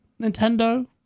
Nintendo